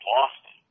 Boston